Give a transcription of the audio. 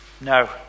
No